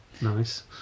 Nice